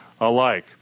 alike